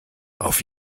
auf